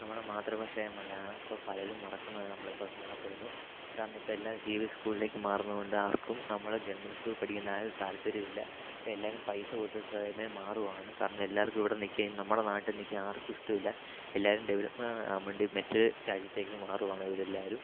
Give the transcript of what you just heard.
നമ്മളുടെ മാതൃഭാഷയായ മലയാളം ഇപ്പോൾ പലരും മറക്കുന്നതായി നമ്മളിപ്പോൾ കാണപ്പെടുന്നു കാരണം ഇപ്പോൾ എല്ലാരും സി ബി എസ് ഇ സ്കൂളിലേയ്ക്ക് മാറുന്നത് കൊണ്ട് ആർക്കും നമ്മളുടെ ഗവൺമെൻറ് സ്കൂളിൽ പഠിക്കുന്ന താൽപര്യമില്ല ഇപ്പം എല്ലാരും പൈസ കൊടുത്ത് സ്വയമേ മാറുകയാണ് കാരണം എല്ലാവർക്കും ഇവിടെ നിൽക്കാൻ നമ്മുടെ നാട്ടിൽ നിൽക്കാൻ ആർക്കും ഇഷ്ടമില്ല എല്ലാവരും ഡെവലപ്പാകാൻ വേണ്ടി മറ്റ് രാജ്യത്തേയ്ക്ക് മാറുവാണ് ഇവരെല്ലാരും